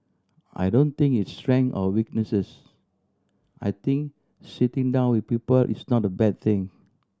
I don't think it's strength or weakness I think sitting down with people is not a bad thing